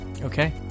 okay